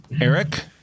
Eric